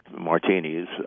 martinis